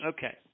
Okay